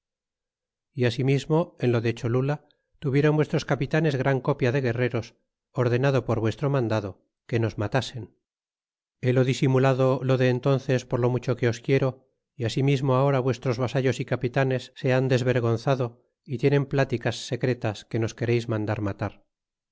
asimismo en lo de cholula tuvibron vuestros capitanes gran copia de guerreros ordenado por vuestro mandado que nos matasen bebo disimulado lo de entnces por lo mucho que os quiero y asimismo ahora vuestros vasallos y capitanes se han desvergonzado y tienen pláticas secretas que nos quereis mandar matar